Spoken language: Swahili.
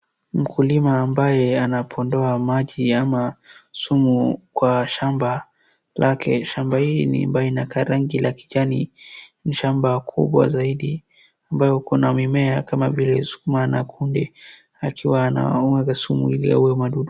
Mkulima ambaye anapondoa maji ama sumu kwa shamba lake. Shamba hii inabainika la rangi la kijani. Ni shamba kubwa zaidi ambayo kuna mimea kama vile sukuma na kunde, akiwa anamwaga sumu ili aue wadudu.